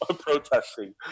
protesting